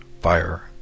fire